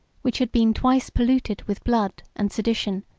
which had been twice polluted with blood and sedition,